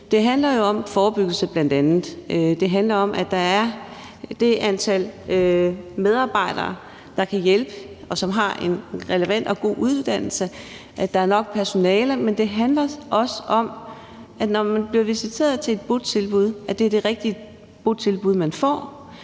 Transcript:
Det handler jo bl.a. om forebyggelse. Det handler om, at der er det antal medarbejdere, der skal være til at kunne hjælpe, og som har en relevant og god uddannelse, altså at der er nok personale, men det handler også om, når man bliver visiteret til et botilbud, at det er det rigtige botilbud, man får.